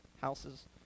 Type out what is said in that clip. houses